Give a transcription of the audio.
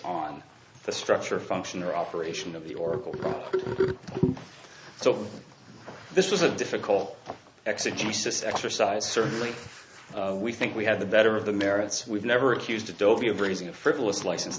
on the structure function or operation of the oracle so this was a difficult exit jesus exercise certainly we think we have the better of the merits we've never accused adobe of raising a frivolous license